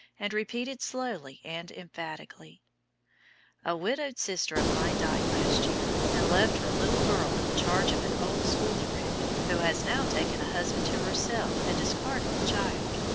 and repeated slowly and emphatically a widowed sister of mine died last year, and left her little girl in the charge of an old school friend, who has now taken a husband to herself and discarded the child,